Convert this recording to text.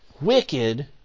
wicked